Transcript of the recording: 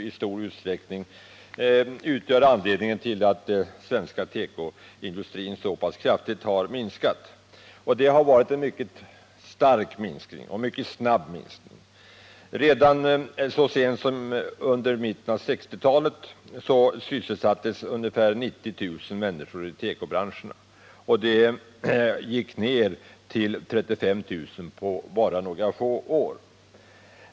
I stor utsträckning utgör detta anledningen till att den svenska tekoindustrin så kraftigt har minskat. Det har varit en mycket stark och mycket snabb minskning. Så sent som under mitten av 1960-talet sysselsattes ungefär 90 000 människor i tekobranscherna, och antalet gick ner till 35 000 på bara några få år.